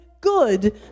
good